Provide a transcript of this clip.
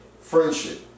friendship